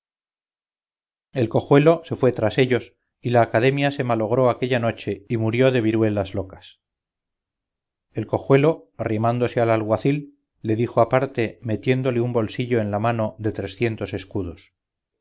el cojuelo se fué tras ellos y la academia se malogró aquella noche y murió de viruelas locas el cojuelo arrimándose al alguacil le dijo aparte metiéndole un bolsillo en la mano de trecientos escudos